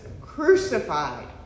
crucified